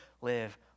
live